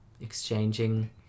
exchanging